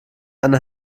eine